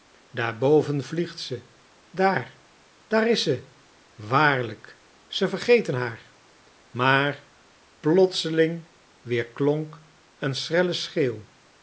daarboven vliegt ze daar daar is ze waarlijk ze vergeten haar maar plotseling weerklonk een schelle schreeuw